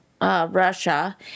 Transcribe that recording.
Russia